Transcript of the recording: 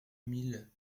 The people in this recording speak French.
mille